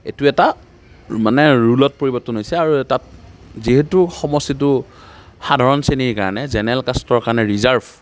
এইটো এটা মানে ৰুলত পৰিৱৰ্তন হৈছে আৰু এটা যিহেতু সমষ্টিটো সাধাৰণ শ্ৰেণীৰ কাৰণে জেনেৰেল কাষ্টৰ কাৰণে ৰিজাৰ্ভ